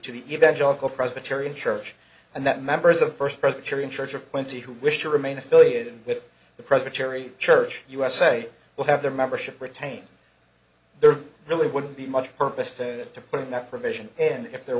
to the evangelical presbyterian church and that members of the first presbyterian church of quincy who wish to remain affiliated with the presbyterian church usa will have their membership retain there really wouldn't be much purpose to put in that provision and if there